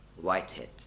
Whitehead